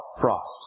Frost